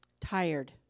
Tired